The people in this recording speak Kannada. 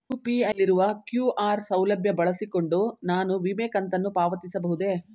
ಯು.ಪಿ.ಐ ನಲ್ಲಿರುವ ಕ್ಯೂ.ಆರ್ ಸೌಲಭ್ಯ ಬಳಸಿಕೊಂಡು ನಾನು ವಿಮೆ ಕಂತನ್ನು ಪಾವತಿಸಬಹುದೇ?